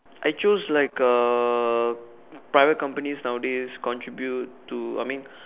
I chose like uh private companies nowadays contribute to I mean